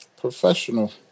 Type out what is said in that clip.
Professional